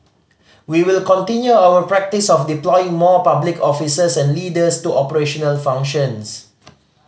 we will continue our practice of deploying more public officers and leaders to operational functions